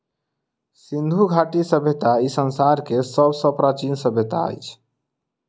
सिंधु घाटी सभय्ता ई संसार के सब सॅ प्राचीन सभय्ता अछि